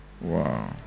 Wow